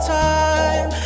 time